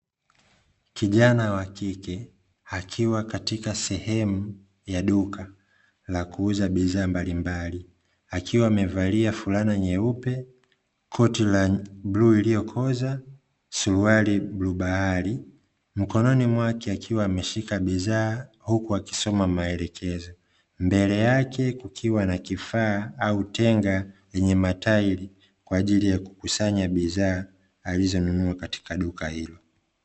Kijana wa kike akiwa katika sehemu ya duka la kuuza bidhaa mbalimbali akiwa amevalia fulana nyeupe, koti la bluu iliyokoza, suruali ya bluu bahari na mkononi mwake akiwa ameshika bidhaa huku akisoma maelekezo. Mbele yake kukiwa na kifaa au tenga lenye matairi kwa ajili ya kukusanya bidhaa alizonunua katika duka hilo.